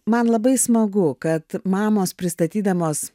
man labai smagu kad mamos pristatydamos